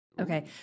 Okay